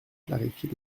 clarifie